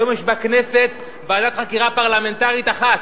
היום יש בכנסת ועדת חקירה פרלמנטרית אחת,